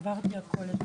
העברתי הכול.